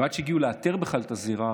ועד שהגיעו לאתר בכלל את הזירה,